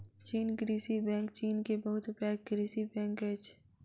चीन कृषि बैंक चीन के बहुत पैघ कृषि बैंक अछि